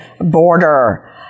border